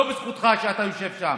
לא בזכותך, כשאתה יושב שם.